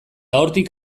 hortik